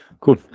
cool